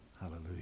Hallelujah